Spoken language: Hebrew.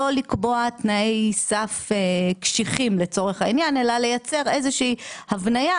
לא לקבוע תנאי סף קשיחים לצורך העניין אלא לייצר איזו הבנייה